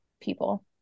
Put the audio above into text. people